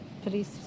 police